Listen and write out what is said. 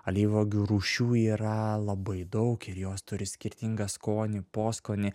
alyvuogių rūšių yra labai daug ir jos turi skirtingą skonį poskonį